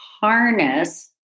harness